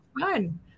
fun